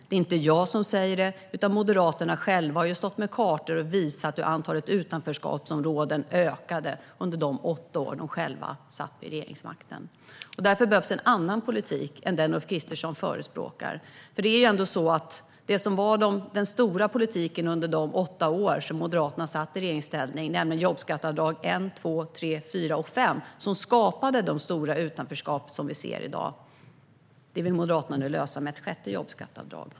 Det är inte jag som säger det, utan Moderaterna har själva stått med kartor och visat hur antalet utanförskapsområden ökade under de åtta år de själva satt vid regeringsmakten. Därför behövs en annan politik än den Ulf Kristersson förespråkar. Det var ju den stora politiken under de åtta år som Moderaterna satt i regeringsställning, nämligen jobbskatteavdrag ett, två, tre, fyra och fem, som skapade det stora utanförskap som vi ser i dag. Det vill Moderaterna nu lösa med ett sjätte jobbskatteavdrag.